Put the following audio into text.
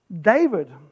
David